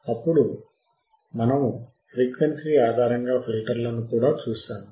అప్పుడు మనము ఫ్రీక్వెన్సీ ఆధారంగా ఫిల్టర్లను కూడా చూశాము